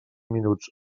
minuts